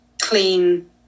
clean